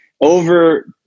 over